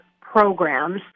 programs